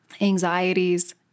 anxieties